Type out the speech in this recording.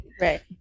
Right